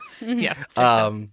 Yes